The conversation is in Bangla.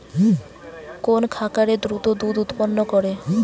কোন খাকারে দ্রুত দুধ উৎপন্ন করে?